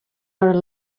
are